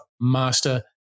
Master